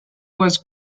was